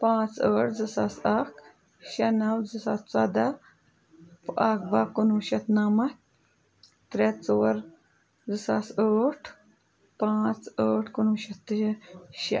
پانٛژھ ٲٹھ زٕ ساس اَکھ شےٚ نَو زٕ ساس ژۄداہ اَکھ بہہ کُنوُہ شیٚتھ نَمَتھ ترٛےٚ ژور زٕ ساس ٲٹھ پانٛژھ ٲٹھ کُنوُہ شیٚتھ تہٕ شےٚ